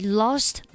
lost